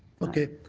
okay.